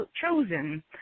chosen